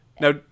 Now